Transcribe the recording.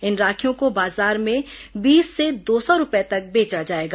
इन राखियों को बाजार में बीस से दो सौ रूपए तक बेचा जाएगा